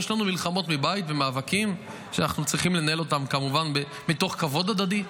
יש לנו מלחמות מבית ומאבקים שאנחנו צריכים לנהל כמובן מתוך כבוד הדדי,